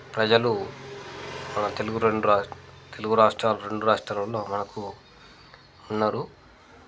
ప్రజలు మన తెలుగు రెండు రాష్ట్రాలు తెలుగు రాష్ట్రాలు రెండు రాష్ట్రాల్లలో మనకు ఉన్నారు